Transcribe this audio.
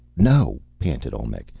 no! panted olmec.